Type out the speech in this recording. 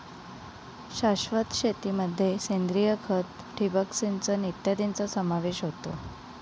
शाश्वत शेतीमध्ये सेंद्रिय खत, ठिबक सिंचन इत्यादींचा समावेश होतो